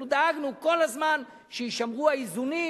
אנחנו דאגנו כל הזמן שיישמרו האיזונים